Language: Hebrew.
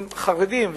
הם חרדים.